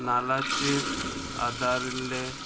नालाचेर आदारिल्ले